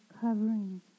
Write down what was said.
covering